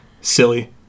silly